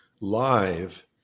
live